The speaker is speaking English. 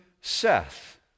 Seth